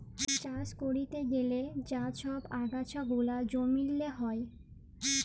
চাষ ক্যরতে গ্যালে যা ছব আগাছা গুলা জমিল্লে হ্যয়